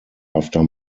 after